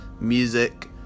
music